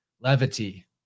levity